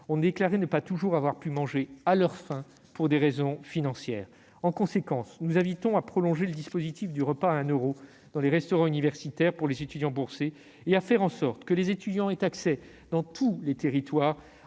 ont déclaré ne pas toujours avoir pu manger à leur faim pour des raisons financières. En conséquence, nous invitons à prolonger le dispositif du repas à un euro dans les restaurants universitaires pour les étudiants boursiers et à faire en sorte que les étudiants aient accès, dans tous les territoires,